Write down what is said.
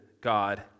God